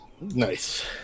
Nice